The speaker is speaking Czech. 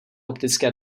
optické